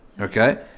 Okay